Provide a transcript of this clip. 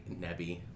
Nebby